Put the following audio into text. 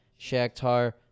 Shakhtar